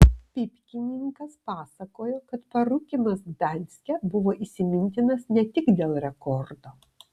pypkininkas pasakojo kad parūkymas gdanske buvo įsimintinas ne tik dėl rekordo